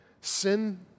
sin